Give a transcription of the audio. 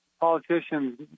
politicians